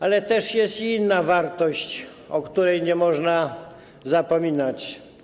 Ale też jest i inna wartość, o której nie można zapominać.